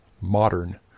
modern